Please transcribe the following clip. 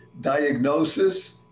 Diagnosis